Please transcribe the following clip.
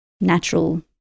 natural